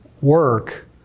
work